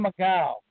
Macau